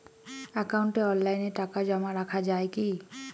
একাউন্টে অনলাইনে টাকা জমা রাখা য়ায় কি?